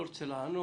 אני לא רוצה לענות.